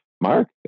Mark